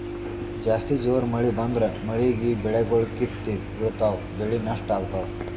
ಜಾಸ್ತಿ ಜೋರ್ ಮಳಿ ಬಂದ್ರ ಮಳೀಗಿ ಬೆಳಿಗೊಳ್ ಕಿತ್ತಿ ಬಿಳ್ತಾವ್ ಬೆಳಿ ನಷ್ಟ್ ಆಗ್ತಾವ್